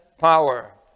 power